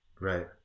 right